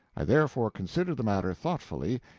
i therefore considered the matter thoughtfully,